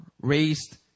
raised